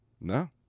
no